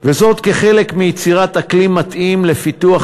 וזאת כחלק מיצירת אקלים מתאים לפיתוח